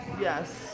Yes